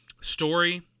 story